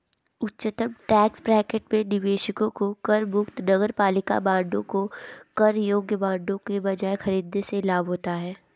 उच्चतम tax bracket में निवेशकों को करमुक्त नगरपालिका बांडों को कर योग्य बांडों के बजाय खरीदने से लाभ होता है